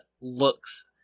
looks